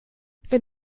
wenn